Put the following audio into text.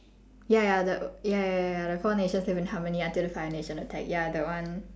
ya ya the ya ya ya ya the four nations lived in harmony until the fire nation attacked ya that one